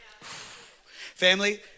Family